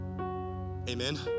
amen